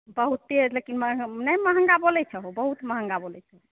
बहुते लेकिन महगा नहि महगा बोलै छहु बहुत महगा बोलै छहु